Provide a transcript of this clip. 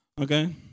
Okay